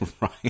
Right